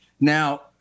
Now